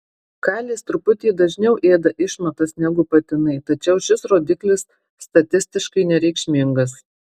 kalės truputį dažniau ėda išmatas negu patinai tačiau šis rodiklis statistiškai nereikšmingas